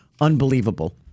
unbelievable